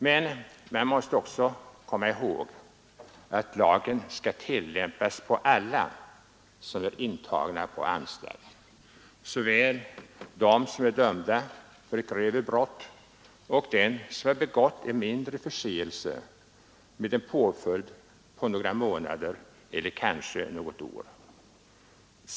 Men man måste också komma ihåg att lagen skall tillämpas på alla som är intagna på anstalt, såväl den som är dömd för ett grövre brott som den som begått någon mindre förseelse med en påföljd på några månader eller något år.